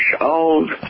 old